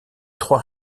trois